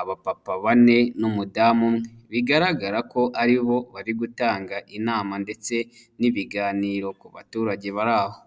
abapapa bane n'umudamu umwe, bigaragara ko aribo bari gutanga inama ndetse n'ibiganiro ku baturage bari Aho.